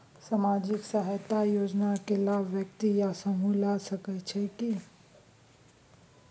सामाजिक सहायता योजना के लाभ व्यक्ति या समूह ला सकै छै?